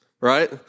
right